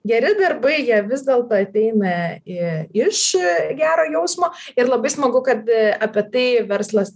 geri darbai jie vis dėlto ateina į iš gero jausmo ir labai smagu kad apie tai verslas